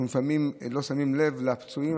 אנחנו לפעמים לא שמים לב לפצועים,